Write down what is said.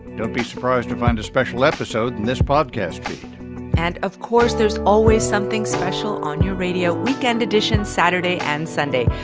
don't be surprised to find a special episode in this podcast feed and, of course, there's always something special on your radio. weekend edition saturday and sunday.